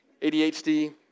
ADHD